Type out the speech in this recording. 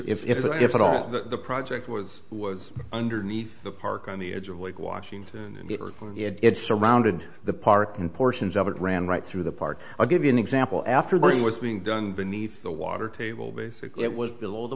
that if at all the project was was underneath the park on the edge of lake washington and it surrounded the park and portions of it ran right through the park i'll give you an example after this was being done beneath the water table basically it was below the